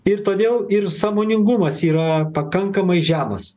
ir todėl ir sąmoningumas yra pakankamai žemas